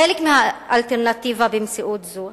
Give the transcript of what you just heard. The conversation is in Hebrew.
חלק מהאלטרנטיבה במציאות זו.